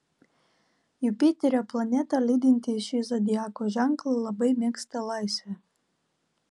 jupiterio planeta lydinti šį zodiako ženklą labai mėgsta laisvę